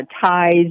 ties